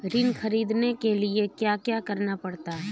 ऋण ख़रीदने के लिए क्या करना पड़ता है?